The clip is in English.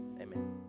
Amen